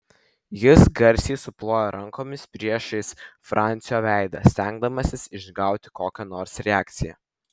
jis garsiai suplojo rankomis priešais francio veidą stengdamasis išgauti kokią nors reakciją